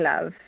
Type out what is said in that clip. love